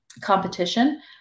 competition